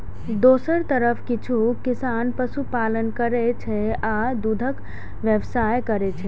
दोसर तरफ किछु किसान पशुपालन करै छै आ दूधक व्यवसाय करै छै